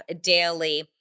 Daily